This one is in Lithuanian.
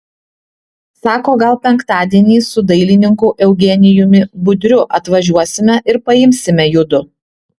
sako gal penktadienį su dailininku eugenijumi budriu atvažiuosime ir paimsime judu